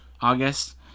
August